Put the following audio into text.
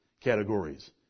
categories